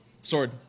Sword